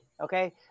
okay